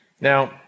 Now